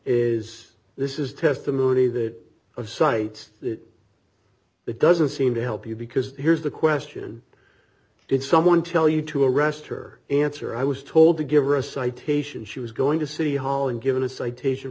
is this is testimony that of sites that that doesn't seem to help you because here's the question did someone tell you to arrest her answer i was told to give her a citation she was going to city hall and given a citation